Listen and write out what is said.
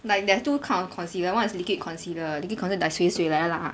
like there are two kind of concealer one is liquid concealer liquid concealer like 水水 like that lah